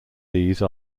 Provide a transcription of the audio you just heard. these